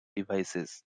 devices